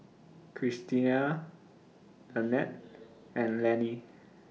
Christiana Nannette and Lannie